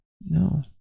no